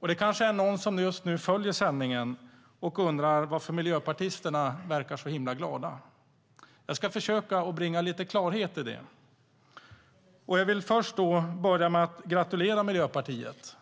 Det kanske är någon som följer sändningen som undrar varför miljöpartisterna verkar så himla glada. Jag ska försöka bringa lite klarhet i det. Först vill jag gratulera Miljöpartiet.